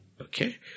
Okay